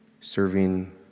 serving